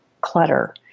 clutter